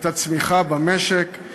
את הצמיחה במשק,